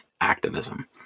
activism